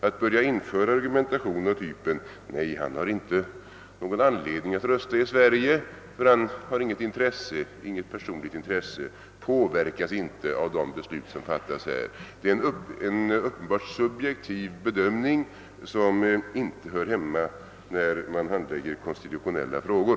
Det är en uppenbart subjektiv bedömning, som inte hör hemma när man handlägger konstitutionella frågor, att införa en argumentation av typen: nej, han har inte någon anledning att rösta i Sverige, därför att han har inget personligt intresse av det, han påverkas inte av de beslut som fattas här.